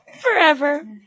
forever